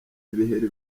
ibiheri